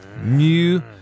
new